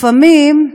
לפעמים,